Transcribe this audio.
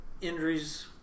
injuries